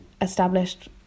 established